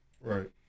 right